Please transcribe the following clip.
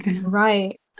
right